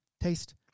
Taste